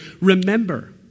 Remember